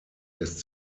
lässt